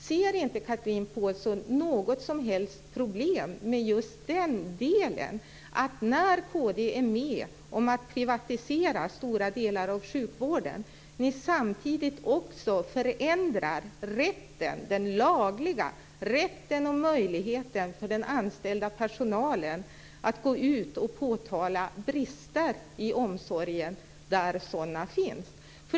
Ser hon inte något som helst problem med att kristdemokraterna är med och privatiserar stora delar av sjukvården, och att ni samtidigt är med och förändrar den lagliga rätten och möjligheten för den anställda personalen att gå ut och påtala brister i omsorgen där sådana finns?